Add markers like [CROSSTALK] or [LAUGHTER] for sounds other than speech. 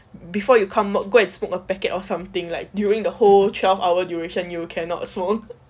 before you come up go smoke a packet or something like during the whole twelve hour duration you cannot smoke [LAUGHS]